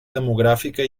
demogràfica